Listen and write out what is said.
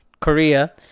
Korea